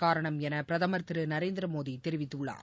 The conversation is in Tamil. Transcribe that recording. காரணம் என பிரதமர் திரு நரேந்திரமோதி தெரிவித்துள்ளார்